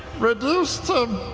reduced to,